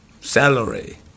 salary